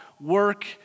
work